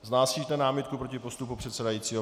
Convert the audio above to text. Vznášíte námitku proti postupu předsedajícího?